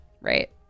right